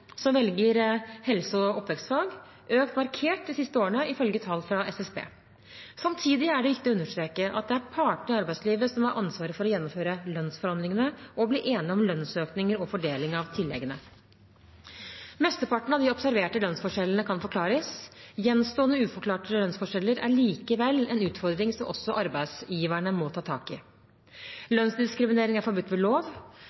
som velger helse- og oppvekstfag, økt markert de siste årene, ifølge tall fra SSB. Samtidig er det viktig å understreke at det er partene i arbeidslivet som har ansvaret for å gjennomføre lønnsforhandlinger og å bli enige om lønnsøkninger og fordeling av tilleggene. Mesteparten av de observerte lønnsforskjellene kan forklares. Gjenstående uforklarte lønnsforskjeller er likevel en utfordring, som også arbeidsgiverne må ta tak i. Lønnsdiskriminering er forbudt ved lov.